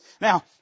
Now